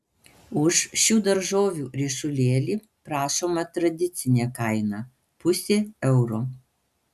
už šių daržovių ryšulėlį prašoma tradicinė kaina pusė euro